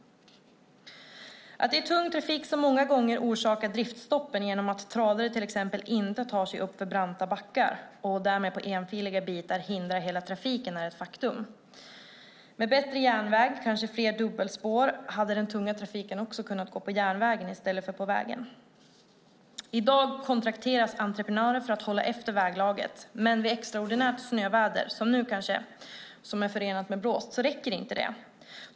Att tung trafik ofta orsakar driftstoppen när tradare inte tar sig upp för branta backar och därmed på enfiliga bitar hindrar all trafik är ett faktum. Med bättre järnväg - kanske fler dubbelspår - hade den tunga trafiken kunnat gå på järnväg i stället för på väg. I dag kontrakteras entreprenörer för att hålla efter väglaget. Vid extraordinärt snöväder som är förenat med blåst - som nu kanske - räcker det inte.